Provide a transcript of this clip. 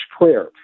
prayer